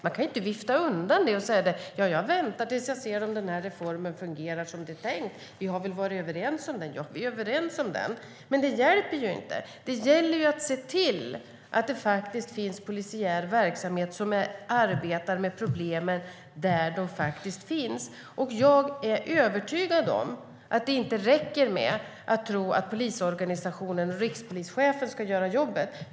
Man kan inte vifta undan dem och säga att man väntar tills man ser om reformen fungerar som det är tänkt - vi har väl varit överens om den? Ja, vi är överens om reformen, men det hjälper inte. Det gäller att se till att det finns polisiär verksamhet som arbetar med problemen där de faktiskt finns. Jag är övertygad om att det inte räcker med att tro att polisorganisationen och rikspolischefen ska göra jobbet.